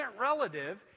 relative